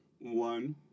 One